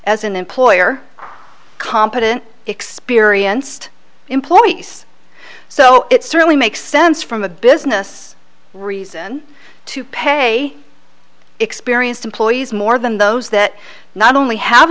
as an employer competent experienced employees so it certainly makes sense from a business reason to pay experienced employees more than those that not only have